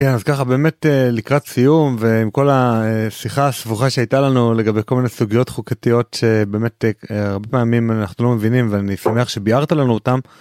אז ככה באמת לקראת סיום ועם כל השיחה הסבוכה שהייתה לנו לגבי כל מיני סוגיות חוקתיות שבאמת הרבה פעמים אנחנו לא מבינים ואני שמח שביארת לנו אותם.